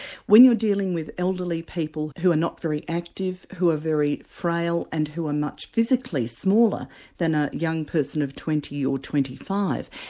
when you're dealing with elderly people who are not very active, who are very frail and who are much physically smaller than a young person of twenty or twenty five,